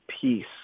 peace